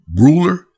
ruler